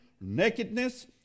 nakedness